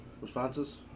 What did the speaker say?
Responses